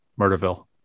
Murderville